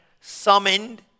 Summoned